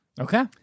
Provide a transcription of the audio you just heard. Okay